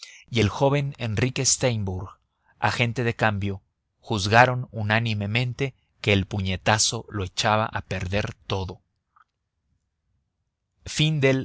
y el joven enrique steimbourg agente de cambio juzgaron unánimemente que el puñetazo lo echaba a perder todo ii la caza del